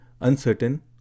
Uncertain